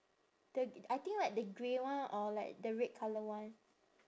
the I think like the grey one or like the red colour one